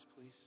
please